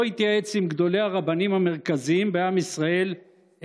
לא התייעץ עם גדולי הרבנים המרכזיים בעם ישראל,